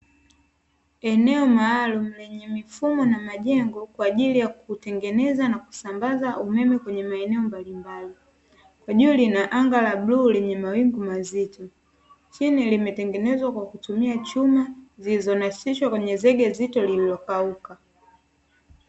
Eneo maalum lenye mifumo na ajengo kwa ajili ya kutengeneza na kusambaza umeme katika maeneo mbalimbali. Eneo lina anga la blue lenye mawingu mazito. Chini limetengenezwa kwa chuma zilizona sishua kwenye zege zito lililokauka.